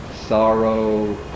sorrow